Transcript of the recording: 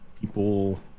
people